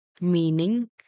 meaning